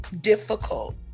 difficult